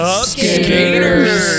Skaters